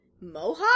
mohawk